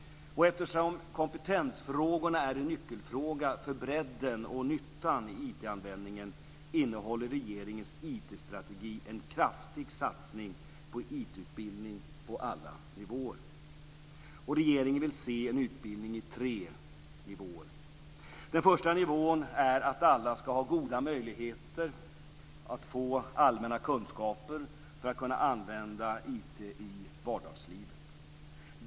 Eftersom kompetensfrågorna är nyckelfrågor för bredden och nyttan i IT-användningen innehåller regeringens IT-strategi en kraftig satsning på IT utbildning på alla nivåer. Regeringen vill se en utbildning i tre nivåer. Den första nivån är att alla ska ha goda möjligheter att få allmänna kunskaper för att kunna använda IT i vardagslivet.